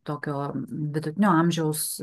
tokio vidutinio amžiaus